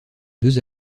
deux